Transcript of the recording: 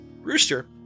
Rooster